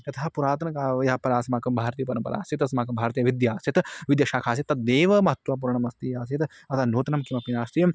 यथा पुरातनकाले यत्रास्माकं भारतीयपरम्परा आसीत् अस्माकं भारतीयविद्या आसीत् विद्याशाखा आसीत् तद्देव महत्वपूर्णमस्ति आसीद् अतः नूतनं किमपि नास्ति